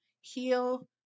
heal